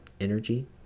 energy